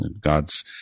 God's